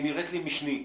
היא נראית לי משנית.